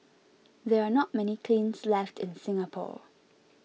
there are not many kilns left in Singapore